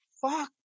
Fuck